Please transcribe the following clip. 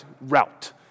route